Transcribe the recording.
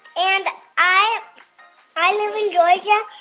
and i i live in georgia. yeah